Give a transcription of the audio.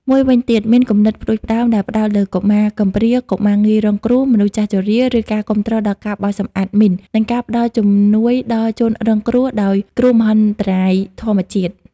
មួយវិញទៀតមានគំនិតផ្តួចផ្តើមដែលផ្តោតលើកុមារកំព្រា កុមារងាយរងគ្រោះ មនុស្សចាស់ជរា ឬការគាំទ្រដល់ការបោសសម្អាតមីន និងការផ្តល់ជំនួយដល់ជនរងគ្រោះដោយគ្រោះមហន្តរាយធម្មជាតិ។